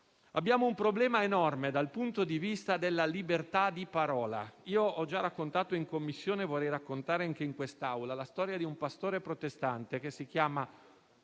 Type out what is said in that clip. inoltre un problema enorme dal punto di vista della libertà di parola. Ho già raccontato in Commissione - e vorrei farlo anche in quest'Aula - la storia di un pastore protestante, di nome